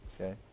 okay